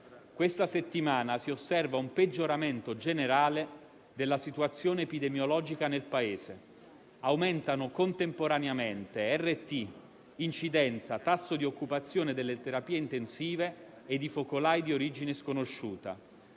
Questa settimana si osserva un peggioramento generale della situazione epidemiologica nel Paese: aumentano contemporaneamente RT, incidenza, tasso di occupazione delle terapie intensive e i focolai di origine sconosciuta.